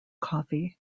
coffee